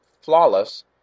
flawless